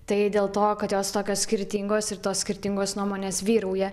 tai dėl to kad jos tokios skirtingos ir tos skirtingos nuomonės vyrauja